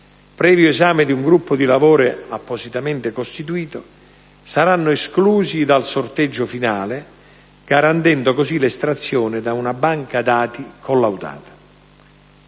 previo esame di un gruppo di lavoro appositamente costituito, saranno esclusi dal sorteggio finale garantendo così l'estrazione da una banca dati collaudata.